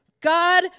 God